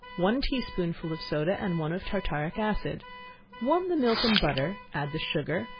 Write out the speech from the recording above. one tea-spoonful of soda and one of tartaric acid warm the milk and butter add the sugar,